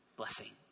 blessing